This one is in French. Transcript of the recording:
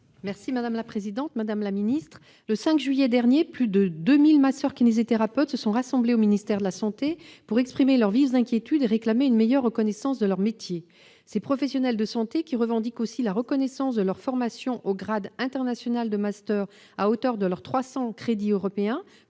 des solidarités et de la santé. Le 5 juillet dernier, plus de 2 200 masseurs-kinésithérapeutes se sont rassemblés au ministère de la santé pour exprimer leurs vives inquiétudes et réclamer une meilleure reconnaissance de leur métier. Ces professionnels de santé, qui revendiquent aussi la reconnaissance de leur formation au grade international de master à hauteur de leurs 300 crédits européens,